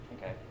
Okay